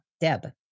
Deb